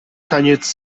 taniec